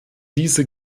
diese